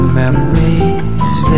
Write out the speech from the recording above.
memories